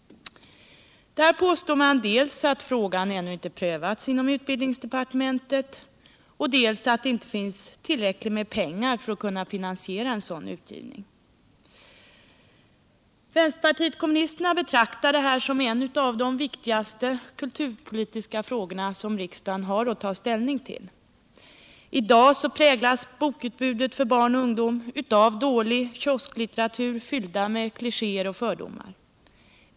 Där påstår man dels att frågan ännu inte prövats inom utbildningsdepartementet, dels att det inte finns tillräckligt med pengar för att kunna finansiera en sådan utgivning. Vänsterpartiet kommunisterna betraktar detta som en av de viktigaste kulturpolitiska frågor som riksdagen har att ta ställning till. I dag präglas bokutbudet för barn och ungdom av dålig kiosklitteratur fylld med klichéer och fördomar.